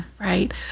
right